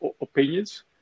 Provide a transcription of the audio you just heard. opinions